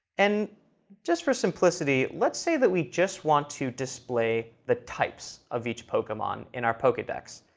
and just for simplicity, let's say that we just want to display the types of each pokemon in our pokedex,